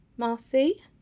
marcy